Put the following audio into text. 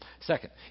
Second